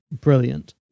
brilliant